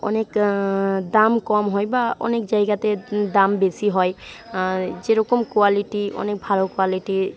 অনেক দাম কম হয় বা অনেক জায়গাতে দাম বেশি হয় যেরকম কোয়ালিটি অনেক ভালো কোয়ালিটি